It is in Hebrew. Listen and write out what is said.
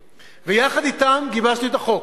ויחד אתם גיבשתי את החוק.